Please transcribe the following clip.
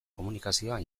komunikazioa